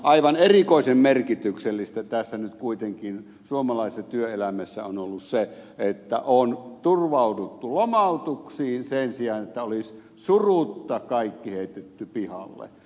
aivan erikoisen merkityksellistä suomalaisessa työelämässä on nyt kuitenkin ollut se että on turvauduttu lomautuksiin sen sijaan että olisi surutta kaikki heitetty pihalle